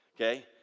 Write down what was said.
Okay